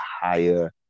higher